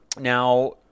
Now